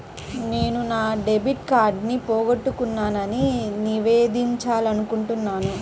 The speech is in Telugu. నేను నా డెబిట్ కార్డ్ని పోగొట్టుకున్నాని నివేదించాలనుకుంటున్నాను